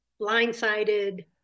blindsided